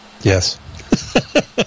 Yes